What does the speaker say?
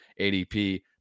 ADP